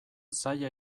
zaila